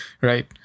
right